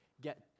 get